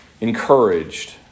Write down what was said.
encouraged